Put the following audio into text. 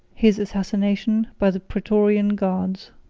his assassination by the praetorian guards.